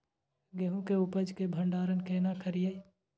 गेहूं के उपज के भंडारन केना करियै?